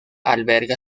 alberga